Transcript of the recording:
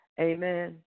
Amen